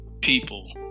people